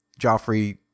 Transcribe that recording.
Joffrey